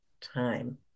time